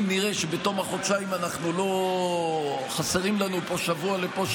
אם נראה שבתום החודשיים חסרים לנו שבוע לפה,